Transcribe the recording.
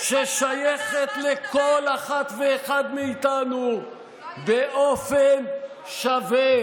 ששייכת לכל אחת ואחד מאיתנו באופן שווה.